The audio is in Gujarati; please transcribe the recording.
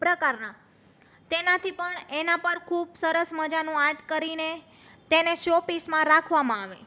પ્રકારના તેનાથી પણ એના પર ખૂબ સરસ મજાનું આર્ટ કરીને તેને શો પીસમાં રાખવામાં આવે